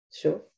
Sure